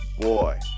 Boy